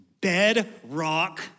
bedrock